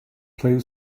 play